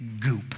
goop